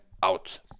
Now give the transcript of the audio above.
out